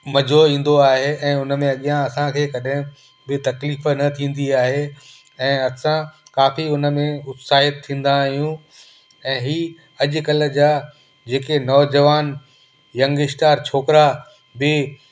मजो ईंदो आहे ऐं उनमें अॻियां असांखे कॾहिं बि तकलीफ़ न थींदी आहे ऐं असां काफ़ी उनमें उत्साहितु थींदा आहियूं ऐं हीअ अॼकल्ह जा जेके नौजवान यंगस्टार छोकिरा बि